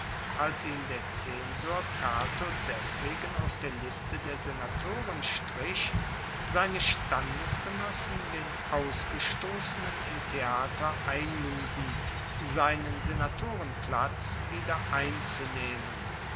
als ihn der zensor cato deswegen aus der liste der senatoren strich seine standesgenossen den ausgestossenen im theater einluden seinen senatorenplatz wieder einzunehmen